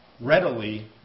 readily